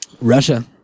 Russia